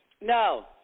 No